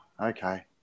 okay